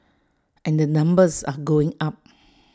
and the numbers are going up